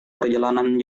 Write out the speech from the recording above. perjalanan